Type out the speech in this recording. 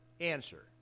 Answer